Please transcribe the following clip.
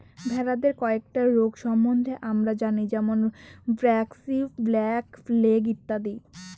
ভেড়াদের কয়েকটা রোগ সম্বন্ধে আমরা জানি যেমন ব্র্যাক্সি, ব্ল্যাক লেগ ইত্যাদি